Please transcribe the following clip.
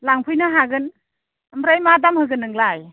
लांफैनो हागोन ओमफ्राय मा दाम होगोन नोंलाय